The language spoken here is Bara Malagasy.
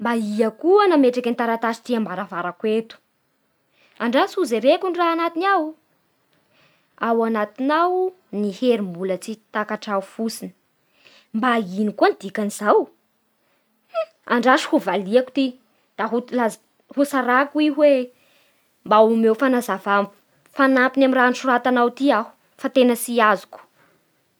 Mba ia koa nametraky an'ity taratasy ity eto ambaravarako eto? Andraso ho jereko ny raha anatiny ao! Ao anatinao ny hery mbola tsy takatrao fotsiny. Mba igno koa dikan'izao? Hum andraso ho valiako ity da ho tla-hotsaraiko i hoe mba omeo fanazava, fanampiny amin'ny raha nosoratinao ty aho.